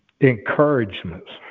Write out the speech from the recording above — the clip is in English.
encouragements